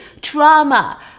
trauma